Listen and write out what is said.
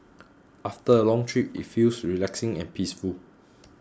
after a long trip it feels relaxing and peaceful